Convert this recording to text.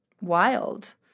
wild